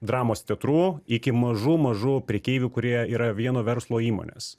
dramos teatrų iki mažų mažų prekeivių kurie yra vieno verslo įmonės